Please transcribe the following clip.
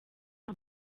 nta